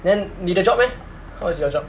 then 你的 job eh how is your job